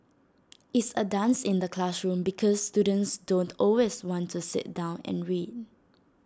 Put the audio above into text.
it's A dance in the classroom because students don't always want to sit down and read